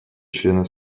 членов